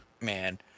Man